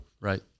Right